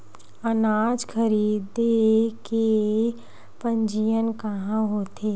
अनाज खरीदे के पंजीयन कहां होथे?